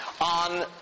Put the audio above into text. on